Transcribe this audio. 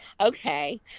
okay